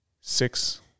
six